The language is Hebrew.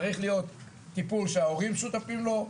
צריך להיות טיפול שההורים שותפים לו,